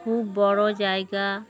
খুব বড়ো জায়গা